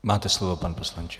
Máte slovo, pane poslanče.